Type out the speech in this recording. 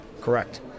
Correct